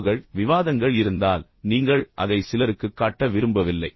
தொடர்புகள் இருந்தால் விவாதங்கள் இருந்தால் நீங்கள் அதை சிலருக்குக் காட்ட விரும்பவில்லை